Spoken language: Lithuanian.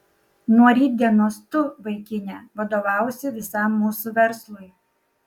nuo rytdienos tu vaikine vadovausi visam mūsų verslui